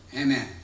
Amen